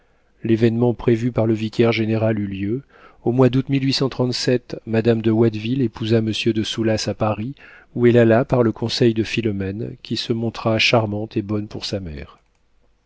l'événement prévu par le vicaire-général eut lieu au mois d'ao mme de watteville épousa monsieur de soulas à paris où elle alla par le conseil de philomène qui se montra charmante et bonne pour sa mère